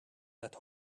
that